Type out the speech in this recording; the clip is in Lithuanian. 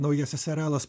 naujasis serialas